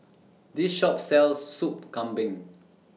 This Shop sells Soup Kambing